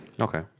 Okay